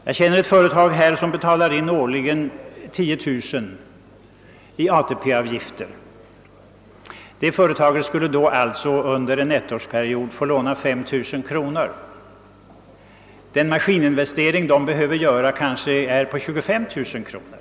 Jag känner till ett företag som årligen betalar in 10 000 kronor i ATP-avgifter. Detta företag skulle alltså under en ettårsperiod få låna 5000 kronor. Den maskininvestering som företaget behöver göra ligger kanske vid 25000 kronor.